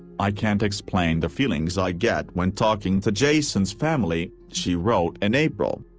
i can't explain the feelings i get when talking to jason's family, she wrote in april.